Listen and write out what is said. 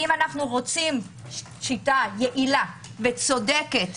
אם אנחנו רוצים שיטה יעילה וצודקת,